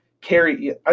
carry –